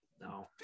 No